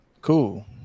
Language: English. Cool